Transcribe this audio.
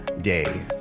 Day